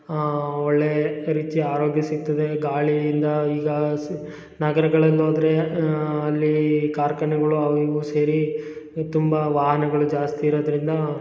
ಒಳ್ಳೆಯ ರುಚಿ ಆರೋಗ್ಯ ಸಿಗ್ತದೆ ಗಾಳಿಯಿಂದ ಈಗ ಸ್ ನಗರಗಳಲ್ಲಿ ಹೋದ್ರೆ ಅಲ್ಲಿ ಕಾರ್ಖಾನೆಗಳು ಅವು ಇವು ಸೇರಿ ತುಂಬ ವಾಹನಗಳು ಜಾಸ್ತಿ ಇರೊದರಿಂದ ನಾವು